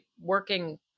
working